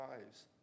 lives